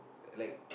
like